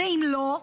ואם לא?